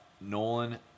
Nolan